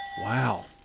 wow